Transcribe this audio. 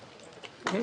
התשל"ג-1973 נתקבלה.